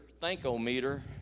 thank-o-meter